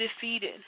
defeated